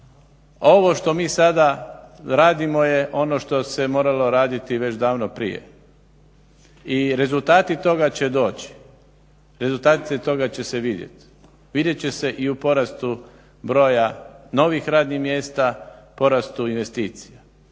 ovo što mi sada radimo je ono što se moralo raditi već davno prije i rezultati toga će doći, rezultati toga će se vidjet. Vidjet će se i u porastu broja novih radnih mjesta, porastu investicija.